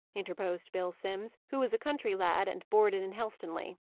interposed bill simms, who was a country lad, and boarded in helstonleigh.